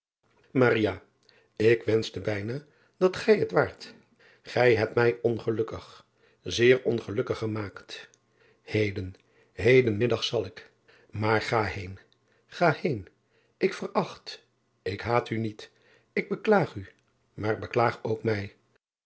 k wenschte bijna dat gij het waart ij hebt mij ongelukkig zeer ongelukkig gemaakt eden heden middag zal ik maar ga heen ga heen k veracht ik haat u niet ik beklaag u maar beklaag ook mij